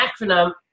acronym